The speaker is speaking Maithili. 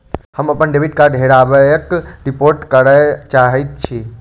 हम अप्पन डेबिट कार्डक हेराबयक रिपोर्ट करय चाहइत छि